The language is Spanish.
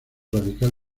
radical